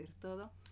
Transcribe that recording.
todo